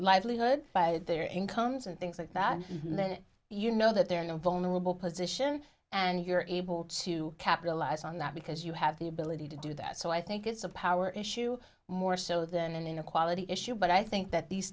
looted by their incomes and things like that then you know that there are no vulnerable position and you're able to capitalize on that because you have the ability to do that so i think it's a power issue more so than an inequality issue but i think that these